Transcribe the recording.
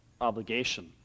obligation